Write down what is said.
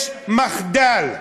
יש מחדל.